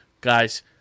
Guys